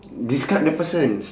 describe the person